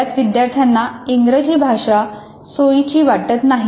बऱ्याच विद्यार्थ्यांना इंग्रजी भाषा सोयीची वाटत नाही